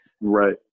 Right